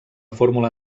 fórmula